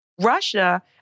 Russia